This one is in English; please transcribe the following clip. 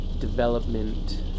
Development